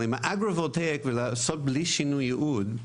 אבל לעשות אגרו-וולטאי בלי שינוי ייעוד,